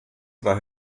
oder